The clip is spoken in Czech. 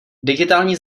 digitální